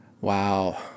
Wow